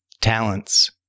talents